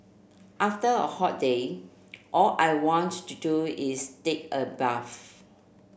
after a hot day all I want to do is take a bath